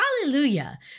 hallelujah